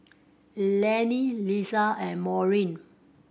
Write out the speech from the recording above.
Laney Liza and Maureen